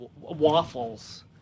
waffles